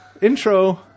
Intro